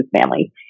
family